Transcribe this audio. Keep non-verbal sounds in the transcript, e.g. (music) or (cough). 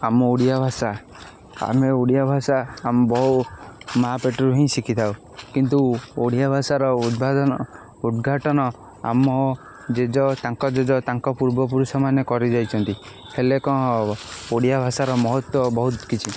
ଆମ ଓଡ଼ିଆ ଭାଷା ଆମେ ଓଡ଼ିଆ ଭାଷା ଆମ ବହୁ ମା ପେଟରୁ ହିଁ ଶିଖିଥାଉ କିନ୍ତୁ ଓଡ଼ିଆ ଭାଷାର (unintelligible) ଉଦ୍ଘାଟନ ଆମ ଜେଜେ ତାଙ୍କ ଜେଜେ ତାଙ୍କ ପୂର୍ବପୁରୁଷମାନେ କରିଯାଇଛନ୍ତି ହେଲେ କ'ଣ ହେବ ଓଡ଼ିଆ ଭାଷାର ମହତ୍ତ୍ଵ ବହୁତ କିଛି